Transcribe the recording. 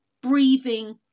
breathing